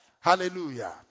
Hallelujah